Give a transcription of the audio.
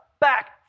back